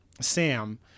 Sam